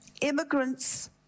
Immigrants